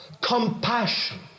Compassion